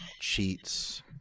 cheats